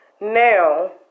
Now